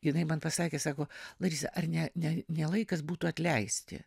jinai man pasakė sako larisa ar ne ne ne laikas būtų atleisti